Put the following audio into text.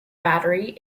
battery